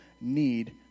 need